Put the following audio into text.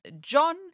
John